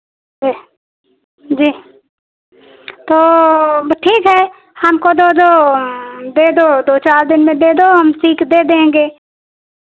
जी जी तो ठीक है हमको दो दो दे दो दो चार दिन में दे दो हम सिल कर दे देंगे